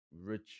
rich